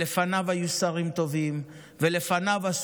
ולפניו היו שרים טובים,